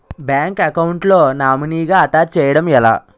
Bank account లో నామినీగా attach చేయడం ఎలా?